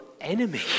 enemy